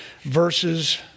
verses